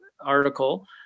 article